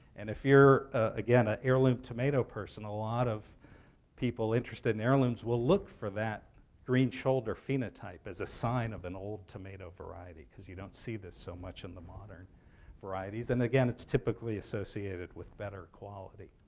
and if you're, again, an ah heirloom tomato person, a lot of people interested in heirlooms will look for that green-shoulder phenotype as a sign of an old tomato variety because you don't see this so much in the modern varieties. and again, it's typically associated with better quality.